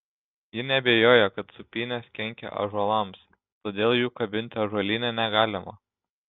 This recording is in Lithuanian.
ji neabejoja kad sūpynės kenkia ąžuolams todėl jų kabinti ąžuolyne negalima